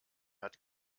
hat